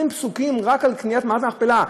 20 פסוקים רק על קניית מערת המכפלה.